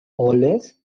always